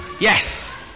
Yes